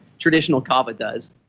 traditional kava does.